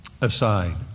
aside